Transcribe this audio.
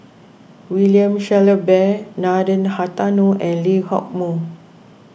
William Shellabear Nathan Hartono and Lee Hock Moh